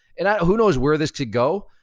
and who knows where this could go.